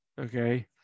okay